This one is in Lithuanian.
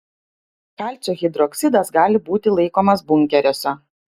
kalcio hidroksidas gali būti laikomas bunkeriuose